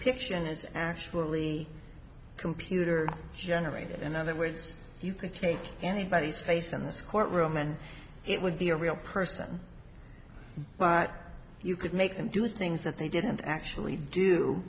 depiction is actually computer generated in other words you could take anybody's face in this courtroom and it would be a real person but you could make them do things that they didn't actually do